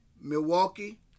Milwaukee